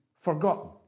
forgotten